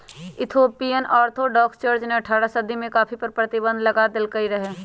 Ethiopian Orthodox church ने अठारह सदी में कॉफ़ी पर प्रतिबन्ध लगा देलकइ रहै